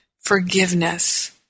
forgiveness